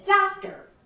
doctor